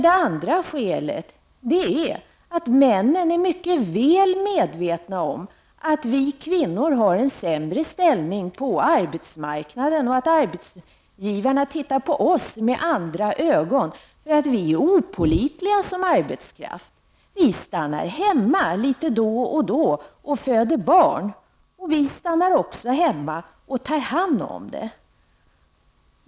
Ett annat skäl är att männen är mycket väl medvetna om att vi kvinnor har en sämre ställning på arbetsmarknaden och att arbetsgivarna tittar på oss med andra ögon på grund av att vi är opålitliga som arbetskraft. Vi stannar nämligen hemma litet då och då och föder barn, och vi stannar också hemma och tar hand om barnen.